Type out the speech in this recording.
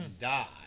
die